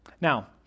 Now